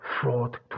fraud